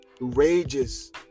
rages